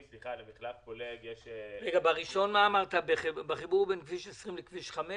למחלף פולג יש --- מה אמרת על החיבור בין כביש 20 לכביש 5?